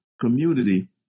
community